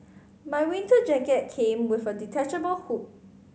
my winter jacket came with a detachable hood